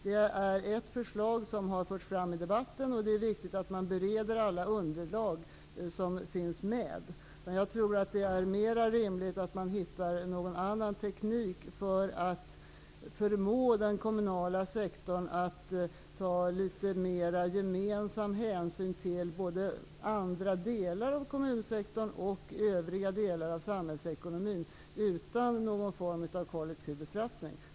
Det är ett förslag som har förts fram i debatten, och det är viktigt att man bereder alla de underlag som finns med. Jag tror att det är mera rimligt att man hittar någon annan teknik för att förmå den kommunala sektorn att ta litet mera gemensam hänsyn till andra delar av kommunsektorn och övriga delar av samhällsekonomin utan någon form av kollektiv bestraffning.